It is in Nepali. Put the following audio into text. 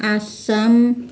आसाम